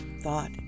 thought